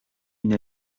une